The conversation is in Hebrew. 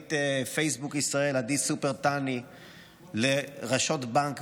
ממנכ"לית פייסבוק ישראל עדי סופר תאני עד ראשות בנק,